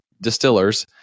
distillers